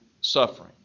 suffering